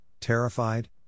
terrified